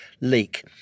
leak